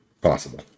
possible